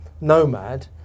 Nomad